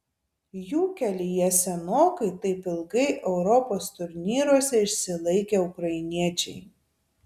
jų kelyje senokai taip ilgai europos turnyruose išsilaikę ukrainiečiai